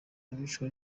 abicwa